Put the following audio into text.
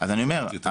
אני אומר,